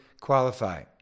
qualify